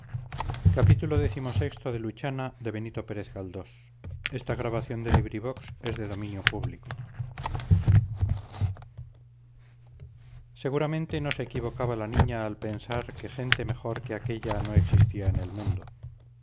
seguramente no se equivocaba la niña al pensar que gente mejor que aquella no existía en el mundo